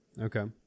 Okay